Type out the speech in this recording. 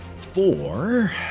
four